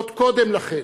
עוד קודם לכן,